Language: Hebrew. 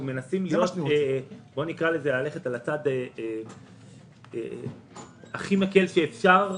אנחנו מנסים ללכת על הצד הכי מקל שאפשר.